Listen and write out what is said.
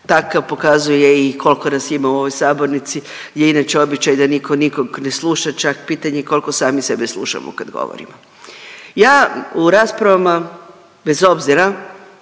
takav, pokazuje i koliko nas ima u ovoj sabornici gdje je inače običaj da nitko nikog ne sluša, čak pitanje koliko sami sebe slušamo kad govorimo. Ja u raspravama, bez obzira,